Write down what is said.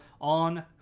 on